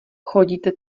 chodíte